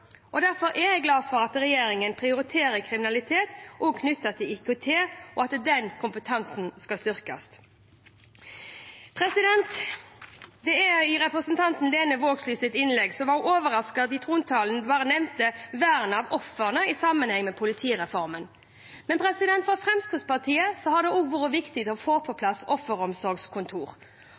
og derfor er jeg glad for at regjeringen også prioriterer kriminalitet knyttet til IKT, og at den kompetansen skal styrkes. Representanten Lene Vågslid var i sitt innlegg overrasket over at trontalen bare nevnte vern av ofrene i sammenheng med politireformen. For Fremskrittspartiet har det vært viktig å få på plass offeromsorgskontor.